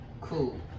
Cool